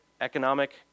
economic